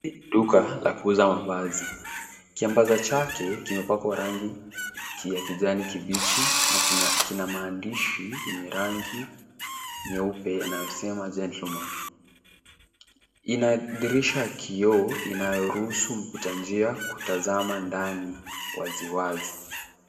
Duka la kuuza mavazi. Kiambaza chake kimepakwa rangi ya kijani kibichi na kina maandishi yenye rangi nyeupe yanayosema gentleman ina dirisha ya kioo inayoruhusu mpita njia kutazama ndani wazi wazi.